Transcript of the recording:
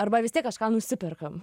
arba vis tiek kažką nusiperkam